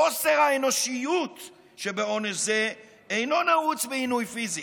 חוסר האנושיות בעונש זה אינו נעוץ בעינוי פיזי,